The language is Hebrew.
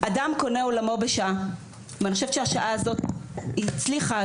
"אדם קונה עולמו בשעה" ואני חושבת שהשעה הזאת היא הצליחה,